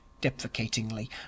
deprecatingly